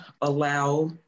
allow